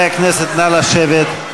תודה.